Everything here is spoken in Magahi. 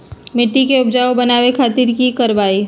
मिट्टी के उपजाऊ बनावे खातिर की करवाई?